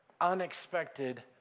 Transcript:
Unexpected